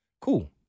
Cool